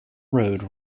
road